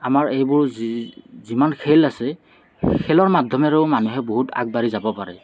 আমাৰ এইবোৰ যি যিমান খেল আছে খেলৰ মাধ্যমেৰেও মানুহে বহুত আগবাঢ়ি যাব পাৰে